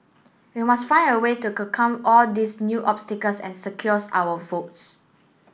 we must find a way to all these new obstacles and secures our votes